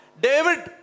David